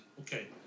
Okay